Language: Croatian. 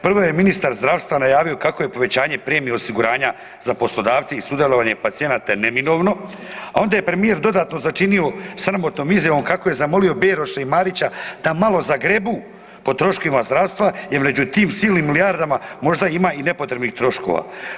Prvo je ministar zdravstva najavio kako je povećanje premije osiguranja za poslodavce i sudjelovanje pacijenata neminovno, a onda je premijer dodatno začinio sramotnom izjavom kako je zamolio Beroša i Marića da malo zagrebu po troškovima zdravstva jer među tim silnim milijardama možda ima i nepotrebnih troškova.